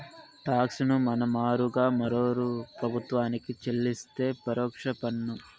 talks ను మన మారుగా మరోరూ ప్రభుత్వానికి చెల్లిస్తే పరోక్ష పన్ను